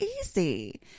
easy